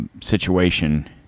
situation